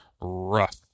rough